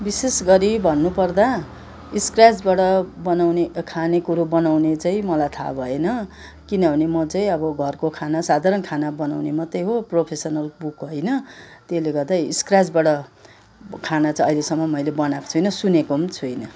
विशेष गरी भन्नु पर्दा स्क्र्याचबाट बनाउन खाने कुरो बनाउने चाहिँ मलाई थाहा भएन किनभने म चाहिँ अब घरको खाना साधारण खाना बनाउने मात्रै हो प्रोफेसनल कुक होइन त्यसले गर्दा स्क्र्याचबाट खाना चाहिँ अहिलेसम्म मैले बनाएको छुइनँ सुनेको पनि छुइनँ